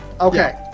Okay